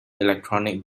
electronic